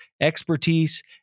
expertise